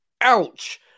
ouch